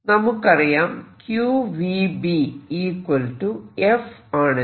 നമുക്കറിയാം qvB F ആണെന്ന്